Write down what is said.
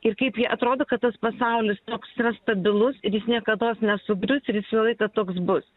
ir kaip jie atrodo kad tas pasaulis toks yra stabilus ir jis niekados nesugriu visą laiką toks bus